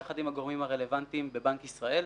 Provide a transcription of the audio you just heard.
ביחד עם הגורמים הרלוונטיים בבנק ישראל,